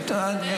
רק מיסים.